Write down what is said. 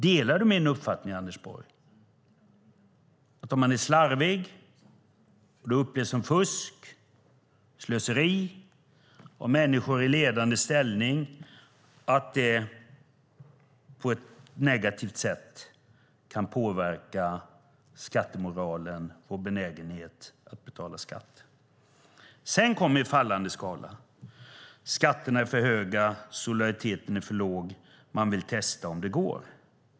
Delar du min uppfattning, Anders Borg, att det på ett negativt sätt kan påverka skattemoralen, vår benägenhet att betala skatt, om människor i ledande ställning är slarviga och det upplevs som fusk och slöseri? Sedan kommer i fallande skala att skatterna är för höga, att solidariteten är för låg och att man vill testa om det går.